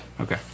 Okay